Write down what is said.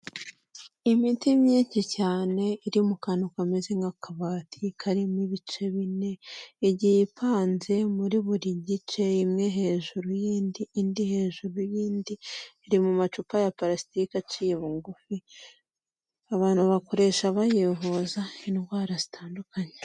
Imiti myinshi cyane iri mu kantu kameze nk'akabati karimo ibice bine, igiye ipanze muri buri gice imwe hejuru y'indi, indi hejuru y'indi, iri mu macupa ya pulasitike aciye bugufi, abantu bakoresha bayivuza indwara zitandukanye.